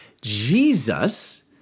Jesus